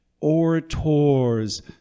orators